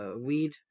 weed